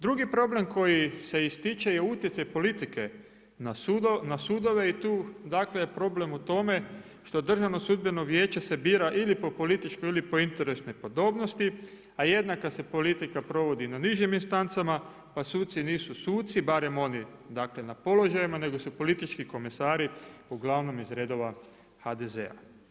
Drugi problem koji se ističe je utjecaj politike na sudove i tu je dakle problem u tome što Državno sudbeno vijeće se bira ili po političkoj ili po interesnoj podobnosti a jednaka se politika provodi na nižim instancama pa suci nisu suci, barem oni dakle na položajima, nego su politički komesari uglavnom iz redova HDZ-a.